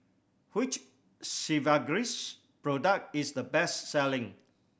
which Sigvaris product is the best selling